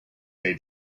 they